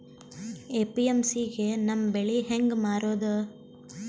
APMC ಗೆ ನಮ್ಮ ಬೆಳಿ ಹೆಂಗ ಮಾರೊದ?